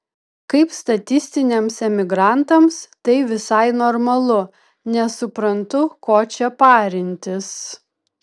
kaip statistiniams emigrantams tai visai normalu nesuprantu ko čia parintis